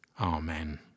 amen